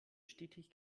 stetig